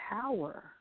power